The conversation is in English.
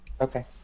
Okay